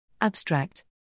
Abstract